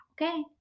okay